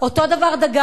אותו דבר דגן,